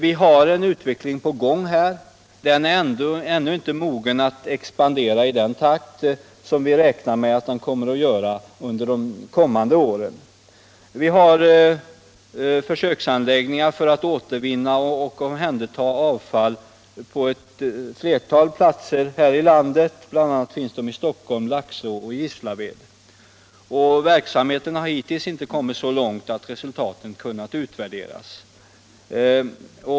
I det utvecklingsskede som verksamheten nu befinner sig är den ännu inte mogen att expandera i den takt som vi räknar med att den skall göra under de kommande åren. Vi har försöksanläggningar för att återvinna och omhänderta avfall på ett flertal platser i landet, bl.a. Stockholm, Laxå och Gislaved. Verksamheten har ännu inte kommit så långt att resultaten kunnat utvärderas.